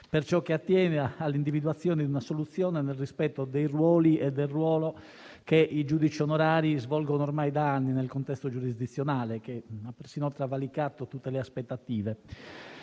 per ciò che attiene all'individuazione di una soluzione, nel rispetto dei ruoli e del ruolo che i giudici onorari svolgono ormai da anni nel contesto giurisdizionale, che ha persino travalicato tutte le aspettative.